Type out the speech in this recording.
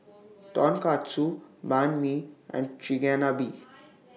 Tonkatsu Banh MI and Chigenabe